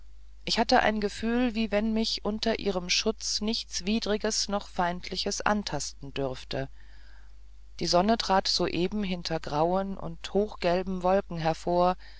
ich hatte ein gefühl wie wenn mich unter ihrem schutz nichts widriges noch feindliches antasten dürfte die sonne trat soeben hinter grauen und hochgelben wolken hervor